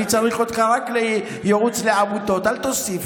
אני צריך אותך רק לייעוץ לעמותות, אל תוסיף.